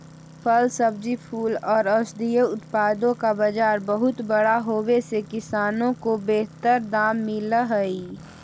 फल, सब्जी, फूल और औषधीय उत्पादों का बाजार बहुत बड़ा होवे से किसानों को बेहतर दाम मिल हई